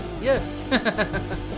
Yes